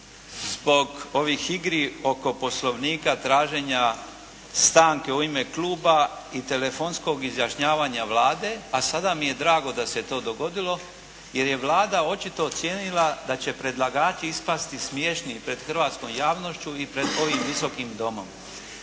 zbog ovih igri oko poslovnika, traženja stanke u ime kluba i telefonskog izjašnjavanja Vlade. A sada mi je drago da se to dogodilo jer je Vlada očito ocijenila da će predlagači ispasti smiješni pred hrvatskom javnošću i pred ovim Visokim domom.